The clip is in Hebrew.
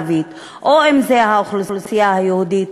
אם האוכלוסייה הערבית ואם האוכלוסייה היהודית,